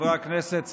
חברי הכנסת, שרים,